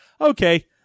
Okay